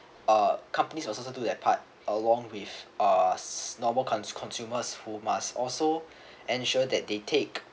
uh companies was also to do their part along with uh normal cons~ consumers who must also ensure that they take